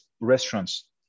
restaurants